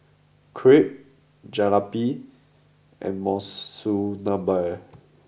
Crepe Jalebi and Monsunabe